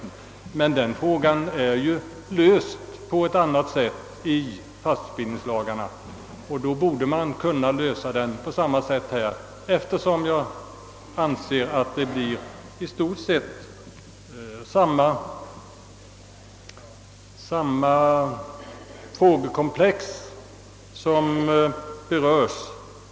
Frågan är emellertid löst annorlunda i fastighetsbildningslagarna och då borde man också kunna lösa den på liknande sätt här, eftersom enligt min mening i stort sett samma frågekomplex berörs.